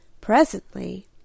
Presently